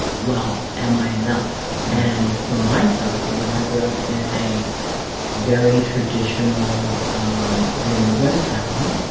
well, am i enough? and for myself, you know, i grew up in a very traditional um new england town,